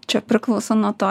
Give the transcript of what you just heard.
čia priklauso nuo to